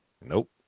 Nope